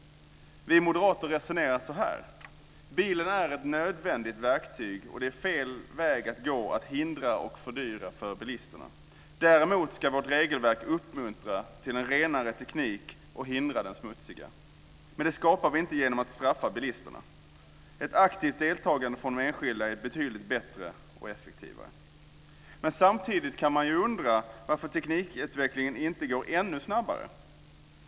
Vi moderater resonerar så här: Bilen är ett nödvändigt verktyg, och det är fel väg att gå att hindra och fördyra för bilisterna. Däremot ska vårt regelverk uppmuntra till en renare teknik och hindra den smutsiga. Men detta sker inte genom att vi straffar bilisterna. Ett aktivt deltagande från de enskilda är betydligt bättre och effektivare. Men samtidigt kan man undra varför teknikutvecklingen inte går ännu snabbare.